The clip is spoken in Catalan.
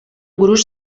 gruix